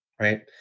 right